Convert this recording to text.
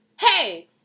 hey